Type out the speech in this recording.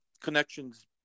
connections